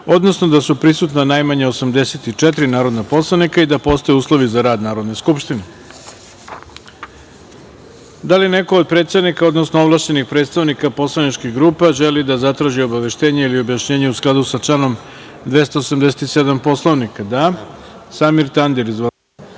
odnosno da je prisutno najmanje 84 poslanika i da postoje uslovi za rad Narodne skupštine. Da li neko od predsednika, odnosno ovlašćenih predstavnika poslaničkih grupa želi da zatraži obaveštenje ili objašnjenje u skladu sa članom 287. Poslovnika? (Da).Samir Tandir ima reč.